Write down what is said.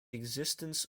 existence